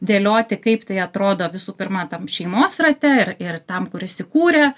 dėlioti kaip tai atrodo visų pirma tam šeimos rate ir ir tam kuris įkūrė